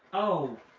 oh,